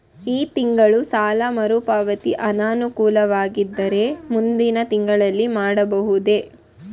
ಈ ತಿಂಗಳು ಸಾಲ ಮರುಪಾವತಿ ಅನಾನುಕೂಲವಾಗಿದ್ದರೆ ಮುಂದಿನ ತಿಂಗಳಲ್ಲಿ ಮಾಡಬಹುದೇ?